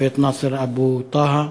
השופט נסר אבו טהה.